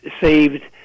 saved